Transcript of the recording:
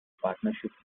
partnership